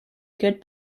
good